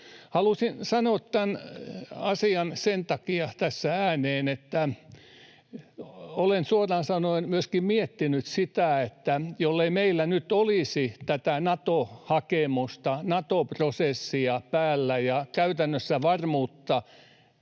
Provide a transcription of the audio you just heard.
Halusin sanoa tämän asian sen takia tässä ääneen, että olen suoraan sanoen myöskin miettinyt sitä, että jollei meillä nyt olisi tätä Nato-hakemusta, Nato-prosessia päällä ja käytännössä varmuutta